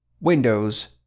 Windows